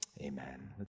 Amen